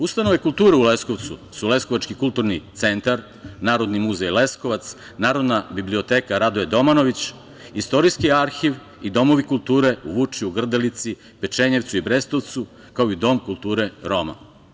Ustanove kulture u Leskovcu su Leskovački kulturni centar, Narodni muzej Leskovac, Narodna biblioteka "Radoje Domanović", Istorijski arhiv i domovi kulture u Vučju, Grdelici, Pečenjevcu i Brestovcu, kao i Dom kulture Roma.